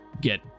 get